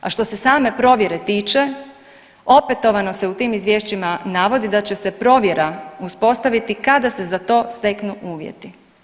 A što se same provjere tiče opetovano se u tim izvješćima navodi da će se provjera uspostaviti kada se za to steknu uvjeti.